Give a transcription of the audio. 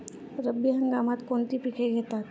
रब्बी हंगामात कोणती पिके घेतात?